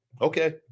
okay